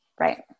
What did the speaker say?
Right